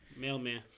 Mailman